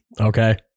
Okay